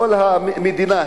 כל המדינה,